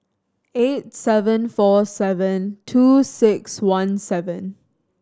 eight seven four seven two six one seven